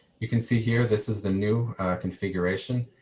you can see here this is the new configuration.